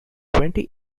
twenty